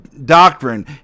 Doctrine